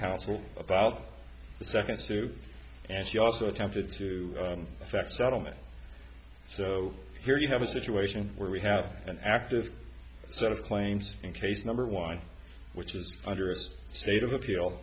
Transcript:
counsel about the second suit and she also attempted to affect settlement so here you have a situation where we have an active set of claims and case number one which is under us state of appeal